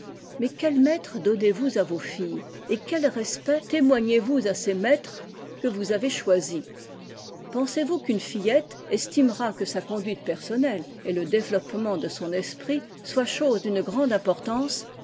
mais quels maîtres donnez-vous à vos filles et quel respect témoignez vous à ces maîtres que vous avez choisis pensez-vous qu'une fillette estimera que sa conduite personnelle et le développement de son esprit soient choses d'une grande importance